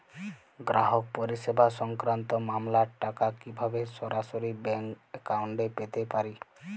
গ্রাহক পরিষেবা সংক্রান্ত মামলার টাকা কীভাবে সরাসরি ব্যাংক অ্যাকাউন্টে পেতে পারি?